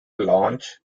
launch